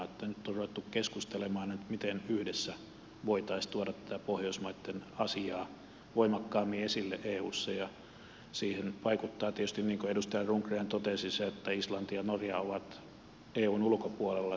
nyt on ruvettu keskustelemaan siitä miten yhdessä voitaisiin tuoda tätä pohjoismaitten asiaa voimakkaammin esille eussa ja siihen vaikuttaa tietysti niin kuin edustaja rundgren totesi se että islanti ja norja ovat eun ulkopuolella